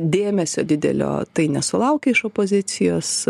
dėmesio didelio tai nesulaukė iš opozicijos